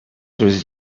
was